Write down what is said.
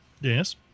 Yes